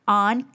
on